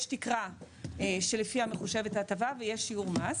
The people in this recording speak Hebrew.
יש תקרה שלפיה מחושבת ההטבה ויש שיעור מס.